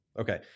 Okay